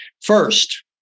first